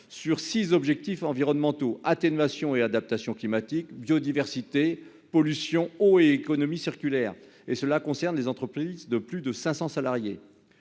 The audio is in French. sur six objectifs environnementaux- atténuation et adaptation climatiques, biodiversité, pollution, eau et économie circulaire -et concerne les entreprises de plus de 500 salariés.